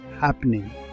happening